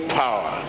power